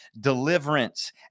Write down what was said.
deliverance